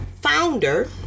founder